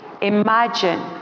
Imagine